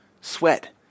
sweat